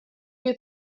you